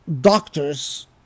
doctors